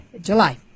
July